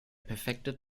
perfekte